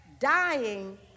Dying